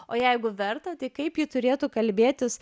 o jeigu verta tai kaip ji turėtų kalbėtis